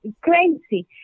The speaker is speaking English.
crazy